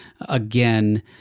Again